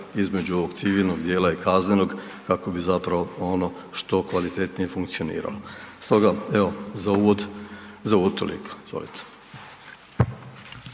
između civilnog dijela i kaznenog kako bi zapravo ono što kvalitetnije funkcioniralo. Stoga evo za uvod toliko. Izvolite.